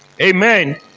Amen